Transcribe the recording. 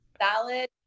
salad